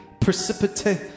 precipitate